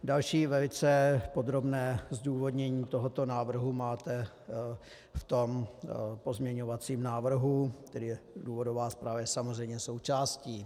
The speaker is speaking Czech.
Další velice podrobné zdůvodnění tohoto návrhu máte v tom pozměňovacím návrhu, kterého je důvodová zpráva samozřejmě součástí.